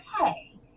okay